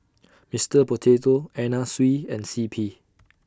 Mister Potato Anna Sui and C P